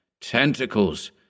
Tentacles